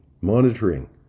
monitoring